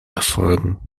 erfolgen